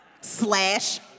slash